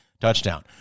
touchdown